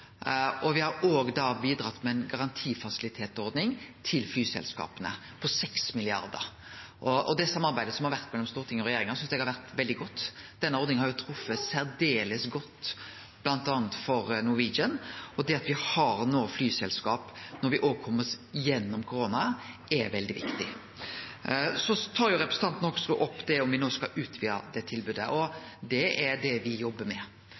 har også bidreg med ei garantifasilitetsordning til flyselskapa på 6 mrd. kr. Det samarbeidet som har vore mellom Stortinget og regjeringa, synest eg har vore veldig godt. Denne ordninga har jo treft særdeles godt, bl.a. for Norwegian, og det at me har flyselskap også når me kjem oss gjennom koronaen, er veldig viktig. Så tar representanten Hoksrud opp om me no skal utvide det tilbodet. Det er det me jobbar med,